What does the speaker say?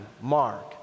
Mark